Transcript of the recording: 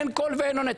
אין קול ואין עונה.